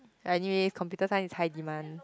but anyway computer science is high demand